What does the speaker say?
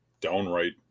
downright